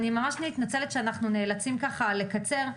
אני מתנצלת שאנחנו נאלצים לקצר,